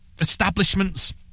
establishments